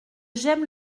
j’aime